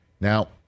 Now